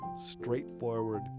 straightforward